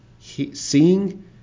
seeing